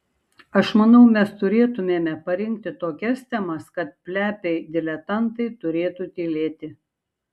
aš manau mes turėtumėme parinkti tokias temas kad plepiai diletantai turėtų tylėti